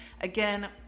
again